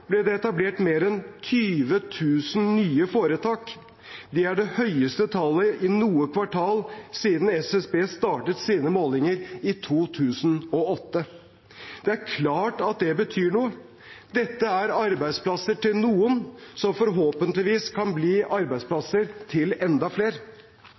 ble det etablert mer enn 20 000 nye foretak. Det er det høyeste tallet i noe kvartal siden SSB startet sine målinger i 2008. Det er klart at det betyr noe. Dette er arbeidsplasser til noen som forhåpentligvis kan bli arbeidsplasser til enda flere.